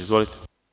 Izvolite.